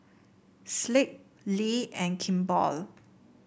Schick Lee and Kimball